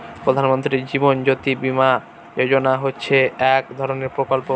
প্রধান মন্ত্রী জীবন জ্যোতি বীমা যোজনা হচ্ছে এক ধরনের প্রকল্প